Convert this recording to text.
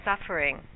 suffering